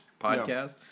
podcast